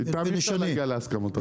בינתיים אי אפשר להגיע להסכמות אבל.